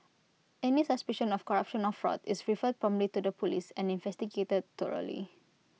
any suspicion of corruption or fraud is referred promptly to the Police and investigated